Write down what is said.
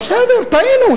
בסדר, טעינו.